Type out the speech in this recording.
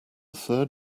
third